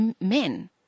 men